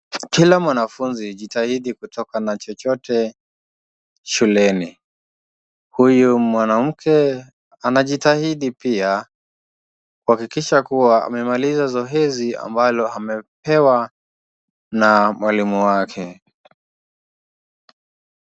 Kila mwanafunzi jitahidi kutoka na chochote shuleni. Huyu mwanamke anajitahidi pia kuhakikisha kuwa amemaliza zoezi ambalo amepewa na mwalimu wake.